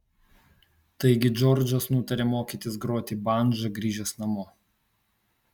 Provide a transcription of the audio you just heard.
taigi džordžas nutarė mokytis groti bandža grįžęs namo